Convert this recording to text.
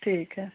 ठीक है